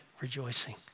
rejoicing